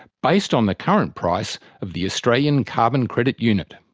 based on the current price of the australian carbon credit unit.